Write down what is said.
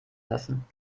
lassen